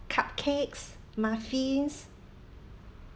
cupcakes muffins